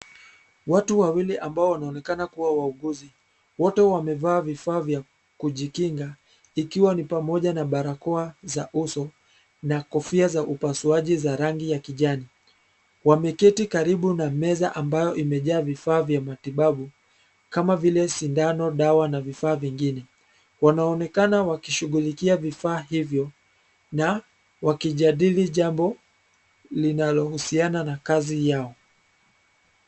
Watu wawili ambao wanaonekana kuwa wauguzi. Wote wamevaa vifaa vya kujikinga ikiwa ni pamoja na barakoa za uso na kofia za upasuaji za rangi ya kijani. Wameketi karibu na meza ambayo imejaa vifaa vya matibabu kama vile sindano, dawa na vifaa vingine. Wanaonekana wakishughulikia vifaa hivyo na wakijadili jambo linalohusiana na kazi yao.